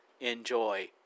enjoy